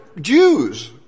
Jews